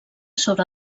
sobre